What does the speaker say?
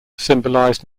symbolized